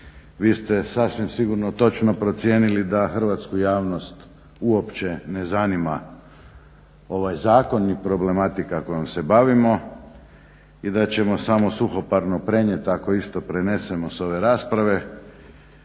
Vi ste sasvim sigurno točno procijenili da hrvatsku javnost uopće ne zanima ovaj zakon ni problematika kojom se bavimo i da ćemo samo suhoparno prenijet ako išta prenesemo s ove rasprave